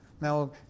Now